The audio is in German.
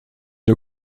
nur